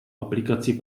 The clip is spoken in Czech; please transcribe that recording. aplikaci